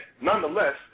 Nonetheless